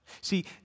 See